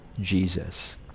Jesus